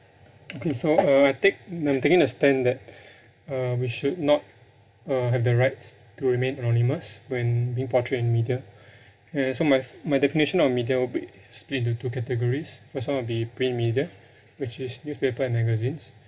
okay so uh I take n~ I'm taking the stand that uh we should not uh have the right to remain anonymous when being portrayed in media and so my f~ my definition of media will be split into two categories first of all would be print media which is newspaper and magazines